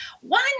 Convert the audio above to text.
one